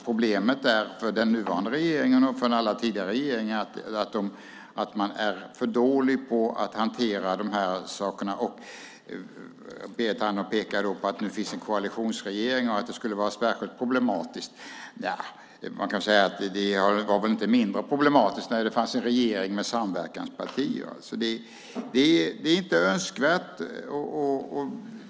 Problemet för den nuvarande regeringen och för alla tidigare regeringar att man är för dålig på att hantera de här sakerna. Berit Andnor pekade på att det nu finns en koalitionsregering och att det skulle vara särskilt problematiskt. Man kan väl säga att det inte var mindre problematiskt när det fanns en regering med samverkanspartier. Det här är inte önskvärt.